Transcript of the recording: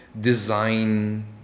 Design